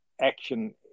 action